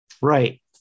right